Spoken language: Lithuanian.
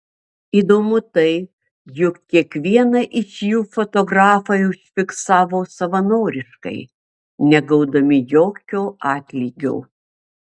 įdomu tai jog kiekvieną iš jų fotografai užfiksavo savanoriškai negaudami jokio atlygio